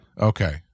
Okay